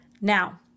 Now